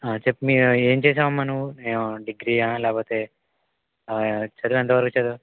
చెప్పు మీ ఏం చేసావమ్మా నువ్వు ఏమో డిగ్రీయా లేపోతే చదువు ఎంత వరకు చదివావు